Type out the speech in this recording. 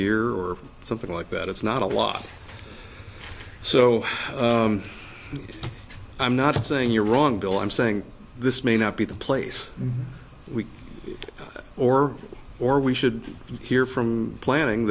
year or something like that it's not a lot so i'm not saying you're wrong bill i'm saying this may not be the place we or or we should hear from planning